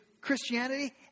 Christianity